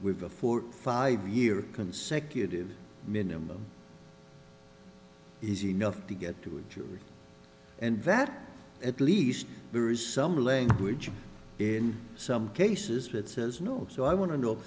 a four five year consecutive minimum is enough to get to a jury and vet at least there is some language in some cases that says no so i want to know